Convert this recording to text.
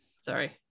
Sorry